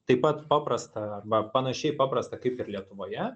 taip pat paprasta arba panašiai paprasta kaip ir lietuvoje